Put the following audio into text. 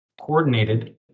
coordinated